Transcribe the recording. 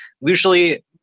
usually